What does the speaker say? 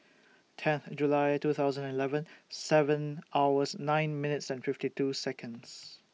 tenth July two thousand and eleven seven hours nine minutes and fifty two Seconds